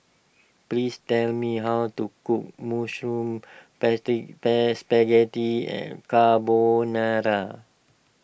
please tell me how to cook Mushroom plastic bags Spaghetti Carbonara